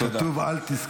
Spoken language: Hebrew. תודה.